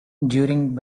during